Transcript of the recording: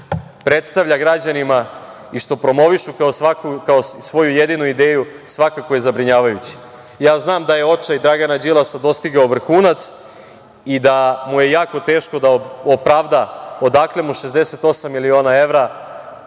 predstavlja građanima i što promovišu kao svoju jedinu ideju, svakako je zabrinjavajuće. Znam da je očaj Dragana Đilasa dostigao vrhunac i da mu je jako teško da opravda odakle mu 68 miliona evra